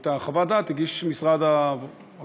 את חוות הדעת הגיש משרד הרווחה.